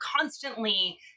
constantly